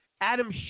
Adam